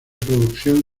producción